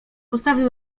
postawił